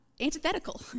antithetical